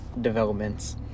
developments